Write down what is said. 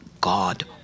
God